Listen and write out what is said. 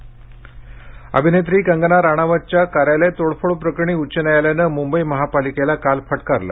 कंगना अभिनेत्री कंगना राणावतच्या कार्यालय तोडफोड प्रकरणी उच्च न्यायालयानं मुंबई महापालिकेला काल फटकारलं